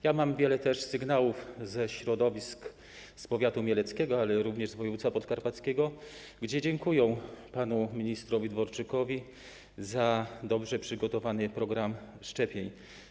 Ja też mam wiele sygnałów od osób z powiatu mieleckiego, ale również z województwa podkarpackiego, które dziękują panu ministrowi Dworczykowi za dobrze przygotowany program szczepień.